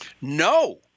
No